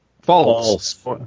False